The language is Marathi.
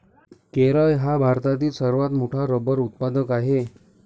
केरळ हा भारतातील सर्वात मोठा रबर उत्पादक आहे